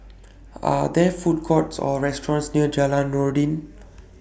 Are There Food Courts Or restaurants near Jalan Noordin